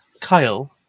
Kyle